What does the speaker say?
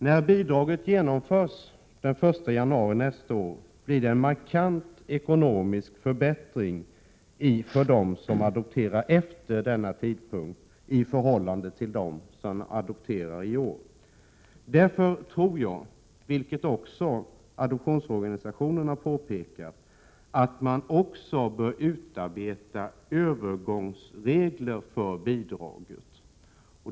När bidraget införs den 1 januari nästa år blir det en markant ekonomisk förbättring för dem som adopterar efter denna tidpunkt, i förhållande till dem som adopterar i år. Jag tror därför, vilket adoptionsorganisationerna har påpekat, att man bör utarbeta övergångsregler för bidraget.